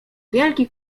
wielki